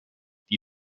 die